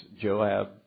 Joab